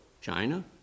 China